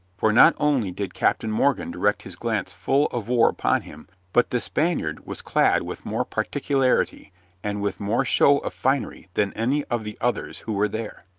for not only did captain morgan direct his glance full of war upon him, but the spaniard was clad with more particularity and with more show of finery than any of the others who were there.